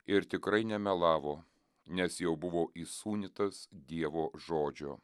ir tikrai nemelavo nes jau buvo įsūnytas dievo žodžio